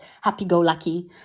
happy-go-lucky